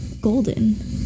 golden